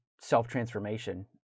self-transformation